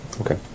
Okay